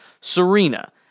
Serena